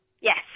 Yes